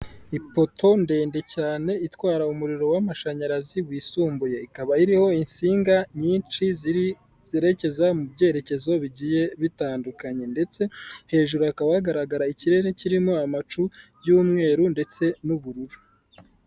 Ipoto ndende cyane itwara umuriro w'amashanyarazi wisumbuye, ikaba iriho insinga nyinshi ziri zerekeza mu byerekezo bigiye bitandukanye ndetse hejuru hakaba hagaragara ikirere kirimo amacu y'umweru ndetse n'ubururu.